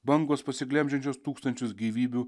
bangos pasiglemžiančios tūkstančius gyvybių